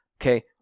Okay